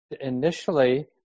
initially